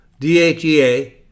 DHEA